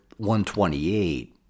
128